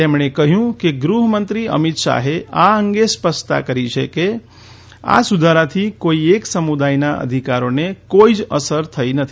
તેમણે કહયું કે ગૃહમંત્રી અમીત શાહે આ અંગે સ્પષ્ટતા કરી છે કે આ સુધારાથી કોઇ એક સમુદાયના અધિકારોને કોઇ જ અસર થઇ નથી